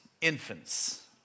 infants